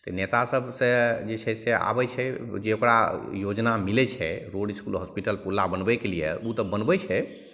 तऽ नेता सबसे जे छै से आबै छै जे ओकरा योजना मिलै छै रोड इसकुल हॉसपिटल पुला बनबैके लिए ओ तऽ बनबै छै